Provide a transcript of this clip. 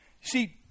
See